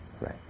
Right